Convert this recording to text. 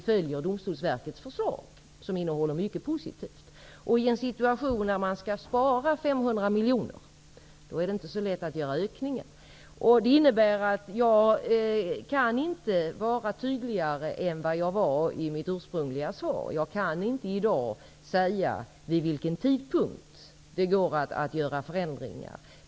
Det är således ett arv som vi har fått ta över. Men om man skall spara 500 miljoner, är det inte så lätt att öka utgifterna. Jag kan inte vara tydligare än vad jag var i mitt ursprungliga svar. Jag kan i dag inte säga vid vilken tidpunkt som det är möjligt att genomföra förändringar.